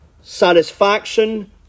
satisfaction